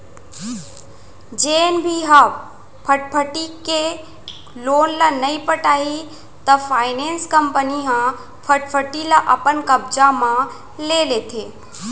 जेन भी ह फटफटी के लोन ल नइ पटाही त फायनेंस कंपनी ह फटफटी ल अपन कब्जा म ले लेथे